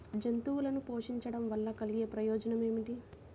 జంతువులను పోషించడం వల్ల కలిగే ప్రయోజనం ఏమిటీ?